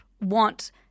want